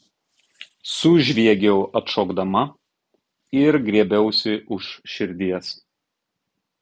sužviegiau atšokdama ir griebiausi už širdies